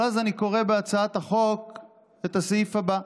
אבל אז אני קורא בהצעת החוק את הסעיף הבא: